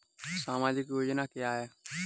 सामाजिक योजना क्या है?